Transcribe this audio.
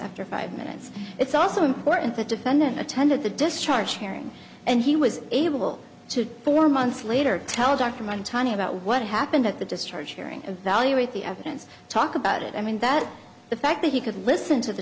after five minutes it's also important the defendant attended the discharge hearing and he was able to for months later tell dr mentone about what happened at the discharge hearing evaluate the evidence talk about it i mean that the fact that he could listen to the